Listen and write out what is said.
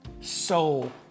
soul